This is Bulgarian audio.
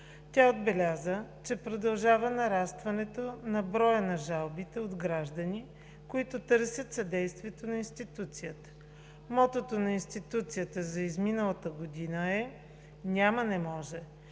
Тя отбеляза, че продължава нарастването на броя на жалбите от граждани, които търсят съдействието на институцията. Мотото на институцията за изминалата година е: „Няма не може!“.